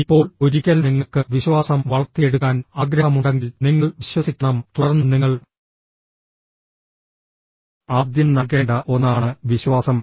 ഇപ്പോൾ ഒരിക്കൽ നിങ്ങൾക്ക് വിശ്വാസം വളർത്തിയെടുക്കാൻ ആഗ്രഹമുണ്ടെങ്കിൽ നിങ്ങൾ വിശ്വസിക്കണം തുടർന്ന് നിങ്ങൾ ആദ്യം നൽകേണ്ട ഒന്നാണ് വിശ്വാസം